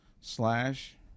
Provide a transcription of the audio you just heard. slash